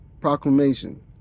proclamation